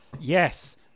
Yes